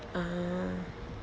(uh huh)